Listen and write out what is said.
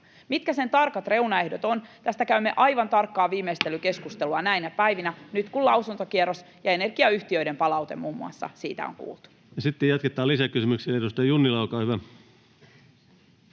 mitkä sen tarkat reunaehdot ovat, käymme aivan tarkkaan viimeistelykeskustelua näinä päivinä nyt, kun lausuntokierros ja muun muassa energiayhtiöiden palaute siitä on kuultu. Ja sitten jatketaan lisäkysymyksillä. — Edustaja Junnila, olkaa hyvä.